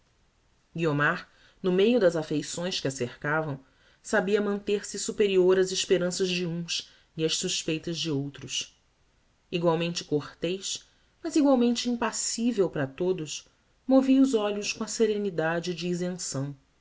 guiomar no meio das affeições que a cercavam sabia manter se superior ás esperanças de uns e ás suspeitas de outros egualmente cortez mas egualmente impassível para todos movia os olhos com a serenidade da isenção